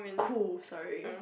cool sorry